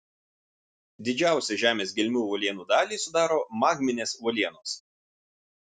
didžiausią žemės gelmių uolienų dalį sudaro magminės uolienos